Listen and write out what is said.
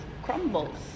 crumbles